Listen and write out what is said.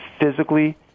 physically